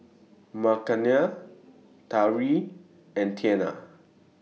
Makenna Tariq and Tianna